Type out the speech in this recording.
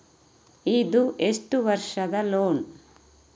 ಇದು ಎಷ್ಟು ವರ್ಷದ ಲೋನ್?